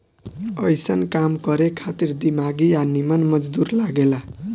अइसन काम करे खातिर दिमागी आ निमन मजदूर लागे ला